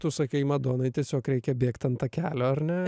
tu sakai madonai tiesiog reikia bėgt ant takelio ar ne